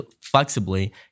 flexibly